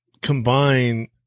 combine